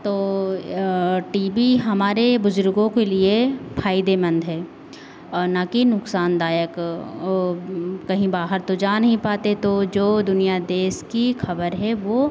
तो T V हमारे बुजुर्गों के लिए फायदेमंद है और न कि नुकसानदायक ओ कहीं बाहर तो जा नहीं पाते तो जो दुनिया देश की खबर है वो